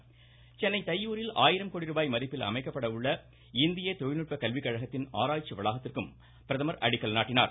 தொடா்ந்து சென்னை தைய்யூரில் ஆயிரம் கோடிரூபாய் மதிப்பில் அமைக்கப்பட உள்ள இந்திய தொழில்நுட்ப கல்விகழகத்தின் ஆராய்ச்சி வளாகத்திற்கு அடிக்கல் நாட்டினார்